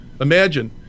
imagine